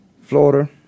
Florida